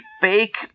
fake